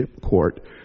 court